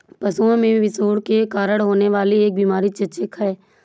पशुओं में विषाणु के कारण होने वाली एक बीमारी चेचक है